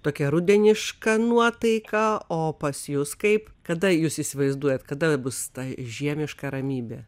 tokia rudeniška nuotaika o pas jus kaip kada jūs įsivaizduojate kada bus ta žiemiška ramybė